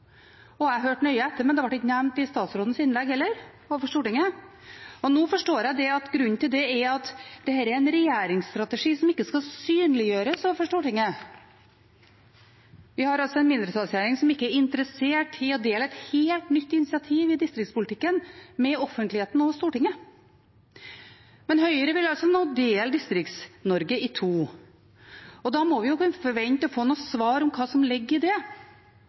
og jeg hørte nøye etter, men det ble heller ikke nevnt i statsrådens innlegg for Stortinget, og nå forstår jeg at grunnen til det er at dette er en regjeringsstrategi som ikke skal synliggjøres overfor Stortinget. Vi har altså en mindretallsregjering som ikke er interessert i å dele et helt nytt initiativ i distriktspolitikken med offentligheten og Stortinget. Men Høyre vil nå dele Distrikts-Norge i to. Og da må vi jo kunne forvente å få noen svar om hva som ligger i det.